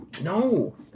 No